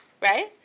Right